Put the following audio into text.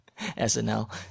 SNL